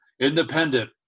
independent